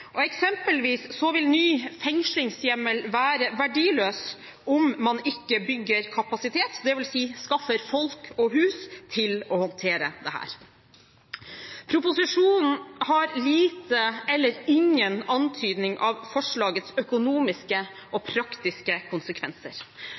Eksempelvis vil ny fengslingshjemmel være verdiløs om man ikke bygger kapasitet, dvs. skaffer folk og hus til å håndtere dette. Proposisjonen har liten eller ingen antydning om forslagets økonomiske og praktiske konsekvenser.